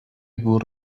گور